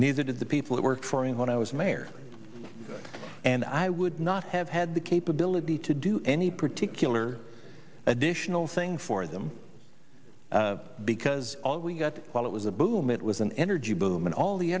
neither did the people who worked for me when i was mayor and i would not have had the capability to do any particular additional thing for them because all we got while it was a boom it was an energy boom and all the